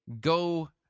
Go